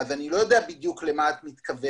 אז אני לא יודע בדיוק למה את מתכוונת.